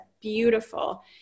Beautiful